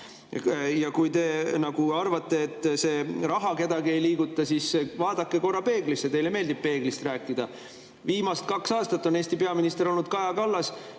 Kui te arvate, et see raha kedagi ei liiguta, siis vaadake korra peeglisse. Teile meeldib peeglist rääkida. Viimased kaks aastat on Eesti peaminister olnud Kaja Kallas.